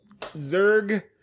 Zerg